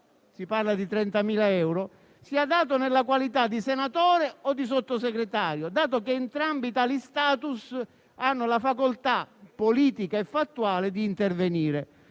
(si parla di 30.000 euro) sia dato nella qualità di senatore o di Sottosegretario, dato che entrambi tali *status* hanno la facoltà politica e fattuale di intervenire.